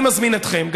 אני מזמין אתכם,